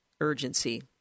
urgency